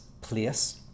place